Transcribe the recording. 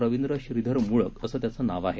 रवींद्र श्रीधर मूळक अस त्याचं नाव आहे